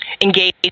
engage